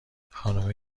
خانومه